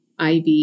IV